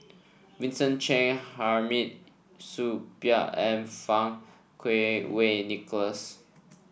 Vincent Cheng Hamid Supaat and Fang Kuo Wei Nicholas